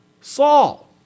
Saul